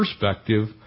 perspective